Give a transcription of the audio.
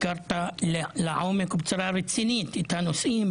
הכרת לעומק ובצורה רצינית את הנושאים.